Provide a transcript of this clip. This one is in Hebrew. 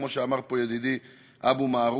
כמו שאמר פה ידידי אבו מערוף.